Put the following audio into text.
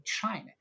China